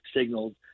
signaled